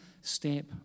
step